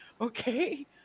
Okay